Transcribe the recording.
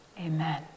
Amen